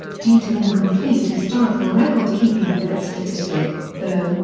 due to incomplete historical recordkeeping for that statistic, though,